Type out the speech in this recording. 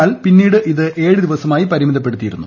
എന്നാൽ പിന്നീട് ഇത് ഏഴ് ദിവസമായി ്പുരീമിതപ്പെടുത്തിയിരുന്നു